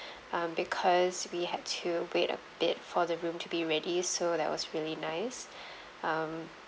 um because we had to wait a bit for the room to be ready so that was really nice um